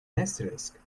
asterisk